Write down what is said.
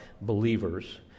believers